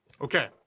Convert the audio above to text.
Okay